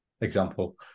example